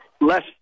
less